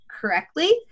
correctly